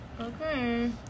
Okay